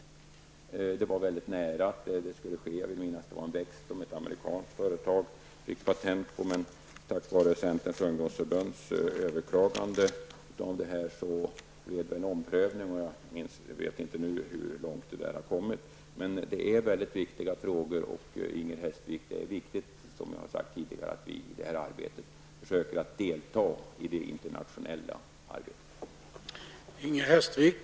Och det var nära att det hade hänt saker tidigare vad gäller oss i Sverige. Jag vill minnas att ett amerikanskt företag har fått patent på en viss växt. Men tack vare att centerns ungdomsförbund överklagade kom en omprövning till stånd. Jag vet inte hur långt man har kommit i det avseendet. Men det handlar om mycket viktiga saker. Det är betydelsefullt, Inger Hestvik, och det har jag sagt tidigare också, att vi försöker delta i det internationella arbetet i detta sammanhang.